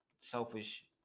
selfish